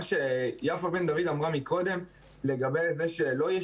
מה שיפה בן דוד אמרה מקודם לגבי זה שלא יהיה